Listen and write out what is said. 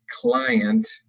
client